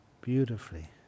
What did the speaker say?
beautifully